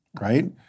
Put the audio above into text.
right